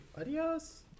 Adios